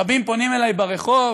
רבים פונים אלי ברחוב,